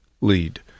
lead